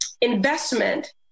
investment